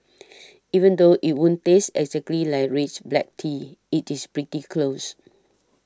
even though it won't taste exactly like rich black tea it is pretty close